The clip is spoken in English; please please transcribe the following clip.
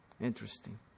Interesting